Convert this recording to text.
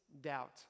doubt